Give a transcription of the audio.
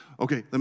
Okay